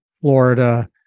Florida